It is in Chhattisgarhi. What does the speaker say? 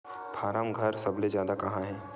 फारम घर सबले जादा कहां हे